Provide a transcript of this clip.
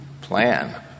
plan